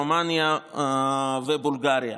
רומניה ובולגריה,